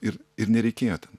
ir ir nereikėjo ten